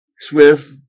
Swift